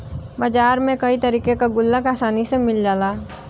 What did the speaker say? बाजार में कई तरे के गुल्लक आसानी से मिल जाला